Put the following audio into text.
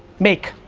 make,